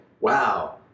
wow